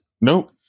Nope